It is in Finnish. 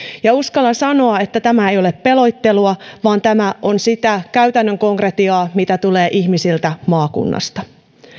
ja uskallan sanoa että tämä ei ole pelottelua vaan tämä on sitä käytännön konkretiaa mitä tulee ihmisiltä maakunnasta